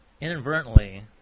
inadvertently